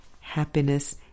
happiness